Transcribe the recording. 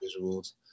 visuals